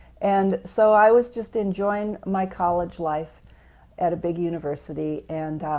and so i was just enjoying my college life at a big university and